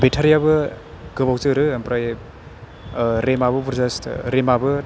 बेथारियाबो गोबाव जोरो ओमफ्राय रेम आबो बुरजा रेमआबो